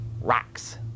rocks